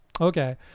Okay